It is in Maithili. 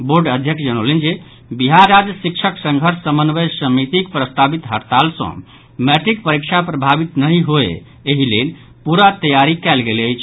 बोर्ड अध्यक्ष जनौलनि जे बिहार राज्य शिक्षक संघर्ष समन्वय समितिक प्रस्तावित हड़ताल सँ मैट्रिक परीक्षा प्रभावित नहि होए एहि लेल पूरा तैयारी कयल गेल अछि